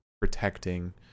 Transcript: protecting